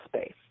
space